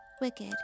Wicked